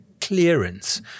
clearance